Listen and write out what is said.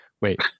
Wait